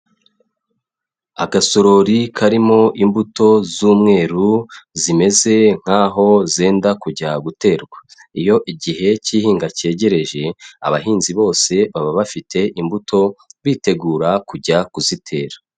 Agasorori karimo imbuto z'umweru zimeze nkaho zenda kujya guterwa, iyo igihe cy'ihinga cyegereje abahinzi bose baba bafite imbuto bitegura kujya kuzitera.